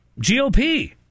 GOP